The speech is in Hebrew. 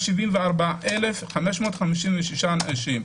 ו-174,576 אנשים.